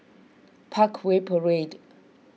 Parkway Parade